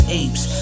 apes